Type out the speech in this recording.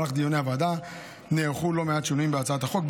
במהלך דיוני הוועדה נערכו לא מעט שינויים בהצעת החוק.